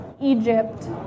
Egypt